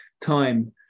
time